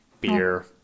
beer